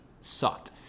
sucked